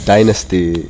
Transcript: Dynasty